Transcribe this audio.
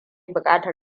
bukatar